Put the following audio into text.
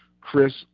Chris